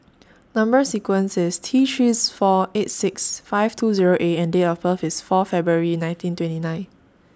Number sequence IS T three four eight six five two Zero A and Date of birth IS four February nineteen twenty nine